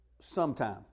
sometime